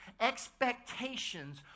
expectations